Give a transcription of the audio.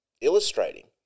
illustrating